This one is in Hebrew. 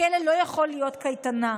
הכלא לא יכול להיות קייטנה.